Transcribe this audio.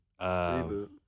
reboot